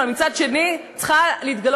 אבל מצד שני צריכה להיות,